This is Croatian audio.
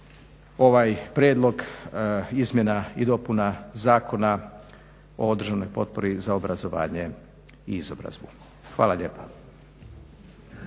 ovaj prijedlog izmjena i dopuna Zakona o državnoj potpori za obrazovanje i izobrazbu. Hvala lijepa.